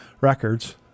Records